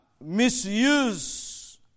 misuse